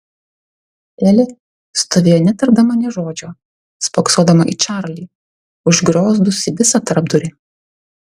elė stovėjo netardama nė žodžio spoksodama į čarlį užgriozdusį visą tarpdurį